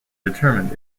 determined